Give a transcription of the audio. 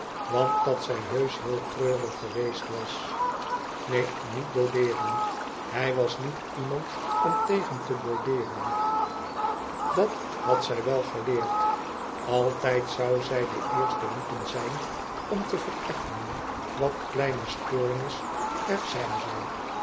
want dat zij heusch heel treurig geweest was neen niet boudeeren hij was niet iemand om tegen te boudeeren dat had zij wel geleerd altijd zou zij deeerste moeten zijn om te vereffenen wat kleine stoornis er zijn zou